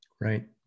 Right